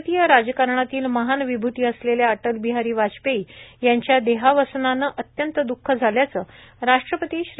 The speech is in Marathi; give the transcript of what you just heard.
भारतीय राजकारणातील महान विभूती असलेल्या अटल बिहारी वाजपेयी यांच्या देहावसानानं अत्यंत दुःख झाल्याचं राष्ट्रपती श्री